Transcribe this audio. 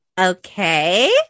Okay